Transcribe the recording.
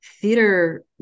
theater